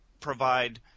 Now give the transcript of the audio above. provide